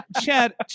chad